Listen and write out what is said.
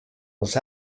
els